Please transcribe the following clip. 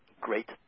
great